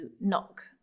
knock